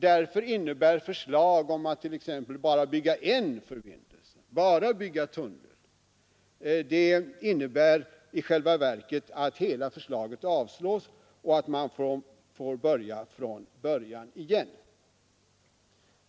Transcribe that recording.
Därför innebär förslag om att t.ex. bara bygga en förbindelse, enbart tunneln, i själva verket att hela förslaget avslås och att man får börja från början igen.